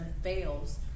fails